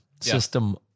system